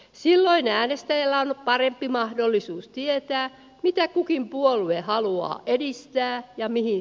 silloin äänestäjällä on parempi mahdollisuus tietää mitä kukin puolue haluaa edistää ja mihin